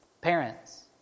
Parents